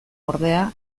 ordea